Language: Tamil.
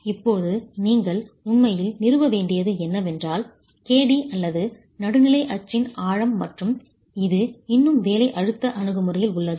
இப்போது நீங்கள் உண்மையில் நிறுவ வேண்டியது என்னவென்றால் kd அல்லது நடுநிலை அச்சின் ஆழம் மற்றும் இது இன்னும் வேலை அழுத்த அணுகுமுறையில் உள்ளது